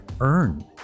earn